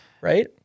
Right